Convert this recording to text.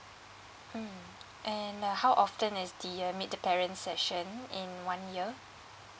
mm and uh how often is the uh meet the parents session in one year